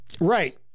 right